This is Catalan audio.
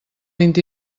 vint